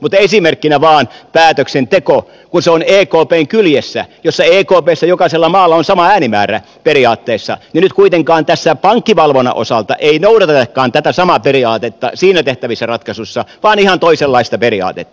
mutta esimerkkinä vain päätöksenteko kun se on ekpn kyljessä jossa jokaisella maalla on periaatteessa sama äänimäärä niin nyt kuitenkaan tässä pankkivalvonnan osalta ei noudatetakaan tätä samaa periaatetta siinä tehtävissä ratkaisuissa vaan ihan toisenlaista periaatetta